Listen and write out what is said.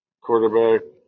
quarterback